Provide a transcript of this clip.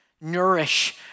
nourish